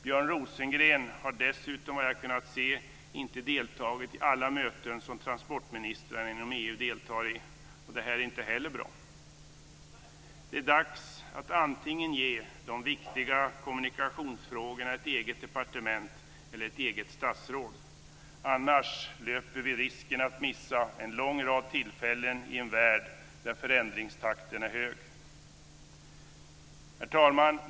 Björn Rosengren har dessutom, vad jag har kunnat se, inte deltagit i alla möten som transportministrarna inom EU deltar i. Detta är inte heller bra. Det är dags att ge de viktiga kommunikationsfrågorna antingen ett eget departement eller ett eget statsråd. Annars löper vi risken att missa en lång rad tillfällen i en värld där förändringstakten är hög. Herr talman!